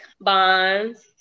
Bonds